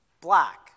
black